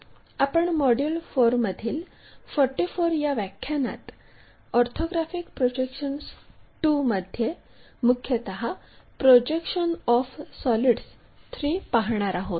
आपण मॉड्यूल 4 मधील 44 व्या व्याख्यानात ऑर्थोग्राफिक प्रोजेक्शन्स II मध्ये मुख्यतः प्रोजेक्शन ऑफ सॉलिड्स III पाहणार आहोत